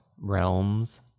realms